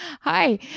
Hi